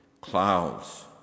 clouds